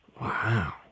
Wow